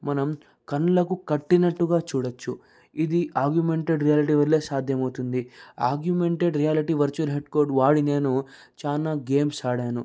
మనం కళ్ళకు కట్టినట్టుగా చూడవచ్చు ఇది ఆగ్మెంటెడ్ రియాలిటీ వల్ల సాధ్యమవుతుంది ఆగ్మెంటెడ్ రియాలిటీ వర్చువల్ హెడ్సెట్ వాడి నేను చాలా గేమ్స్ ఆడాను